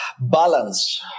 balance